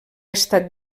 estat